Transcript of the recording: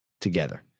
together